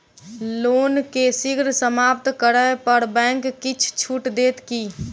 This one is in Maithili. लोन केँ शीघ्र समाप्त करै पर बैंक किछ छुट देत की